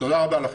תודה רבה לכם.